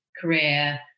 career